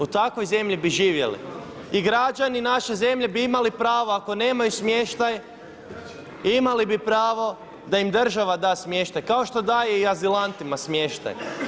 U takvoj zemlji bi živjeti i građani naše zemlje bi imali pravo ako nemaju smještaj imali bi pravo da im država da smještaj kao što daje i azilantima smještaj.